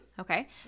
Okay